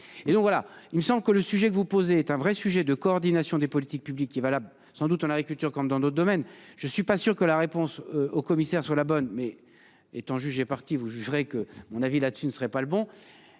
et donc voilà, il me semble que le sujet que vous posez est un vrai sujet de coordination des politiques publiques qui est valable, sans doute en agriculture comme dans d'autres domaines. Je suis pas sûr que la réponse au commissaire sur la bonne mais étant juge et partie vous jugerai que mon avis là-dessus ne serait pas le bon